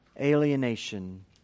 alienation